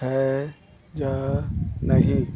ਹੈ ਜਾਂ ਨਹੀਂ